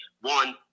one